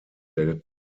der